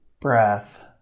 breath